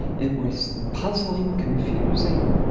it was puzzling, confusing,